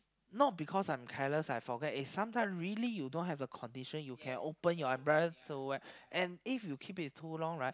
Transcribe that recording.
not because I am careless I forget is sometime really you don't have the condition you can open your umbrella so wet and if you keep it too long right